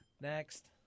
next